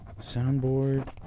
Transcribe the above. soundboard